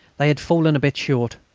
they had fallen a bit short.